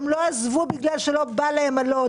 והן לא עזבו בגלל שלא בא להן על לוד,